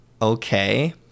okay